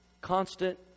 constant